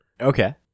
okay